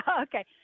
Okay